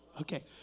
Okay